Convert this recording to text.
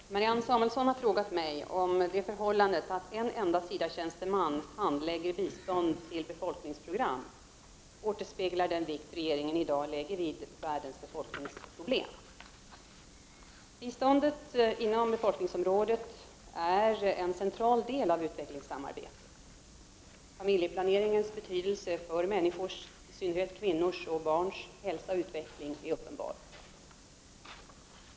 Fru talman! Marianne Samuelsson har frågat mig om det förhållandet, att en enda SIDA-tjänsteman handlägger bistånd till befolkningsprogram, återspeglar den vikt regeringen i dag lägger vid världens befolkningsproblem. Bistånd inom befolkningsområdet är en central del av utvecklingssamarbetet. Familjeplaneringens betydelse för människors, i synnerhet kvinnors och barns, hälsa och utveckling är uppenbar.